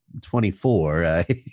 24